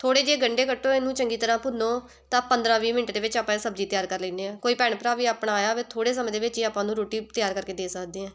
ਥੋੜ੍ਹੇ ਜਿਹੇ ਗੰਢੇ ਕੱਟੋ ਇਹਨੂੰ ਚੰਗੀ ਤਰ੍ਹਾਂ ਭੁੰਨੋ ਤਾਂ ਪੰਦਰਾਂ ਵੀਹ ਮਿੰਟ ਦੇ ਵਿੱਚ ਆਪਾਂ ਇਹ ਸਬਜ਼ੀ ਤਿਆਰ ਕਰ ਲੈਂਦੇ ਹਾਂ ਕੋਈ ਭੈਣ ਭਰਾ ਵੀ ਆਪਣਾ ਆਇਆ ਹੋਵੇ ਥੋੜ੍ਹੇ ਸਮੇਂ ਦੇ ਵਿੱਚ ਹੀ ਆਪਾਂ ਉਹਨੂੰ ਰੋਟੀ ਤਿਆਰ ਕਰਕੇ ਦੇ ਸਕਦੇ ਹਾਂ